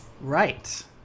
Right